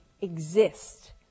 exist